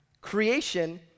creation